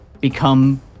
become